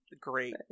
great